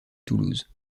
toulouse